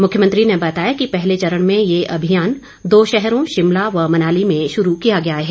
मुख्यमंत्री ने बताया कि पहले चरण में ये अभियान दो शहरों शिमला व मनाली में शुरू किया गया है